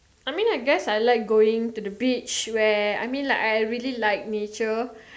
I mean I guess I like going to the beach where I mean like I really like nature